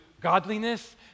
godliness